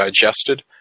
digested